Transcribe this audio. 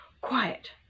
Quiet